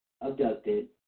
abducted